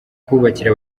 kubakira